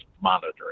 monitoring